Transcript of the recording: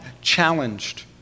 challenged